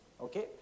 Okay